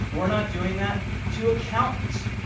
we're not doing that to accountants.